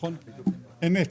אמת.